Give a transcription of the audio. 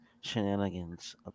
shenanigans